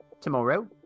tomorrow